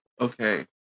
Okay